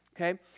Okay